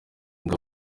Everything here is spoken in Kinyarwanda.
ngo